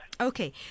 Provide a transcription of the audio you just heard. Okay